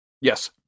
Yes